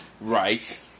Right